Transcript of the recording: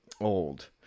old